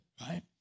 right